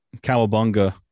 Cowabunga